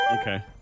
Okay